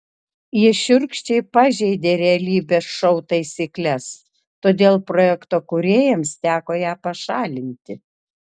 ji šiurkščiai pažeidė realybės šou taisykles todėl projekto kūrėjams teko ją pašalinti